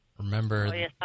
Remember